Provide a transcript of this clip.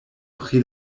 pri